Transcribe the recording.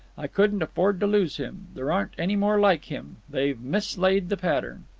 i couldn't afford to lose him. there aren't any more like him they've mislaid the pattern.